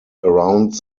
around